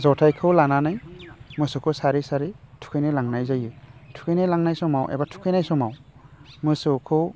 जथायखौ लानानै मोसौखौ सारै सारै थुखैनो लांनाय जायो थुखैनो लांनाय समाव एबा थुखैनाय समाव मोसौखौ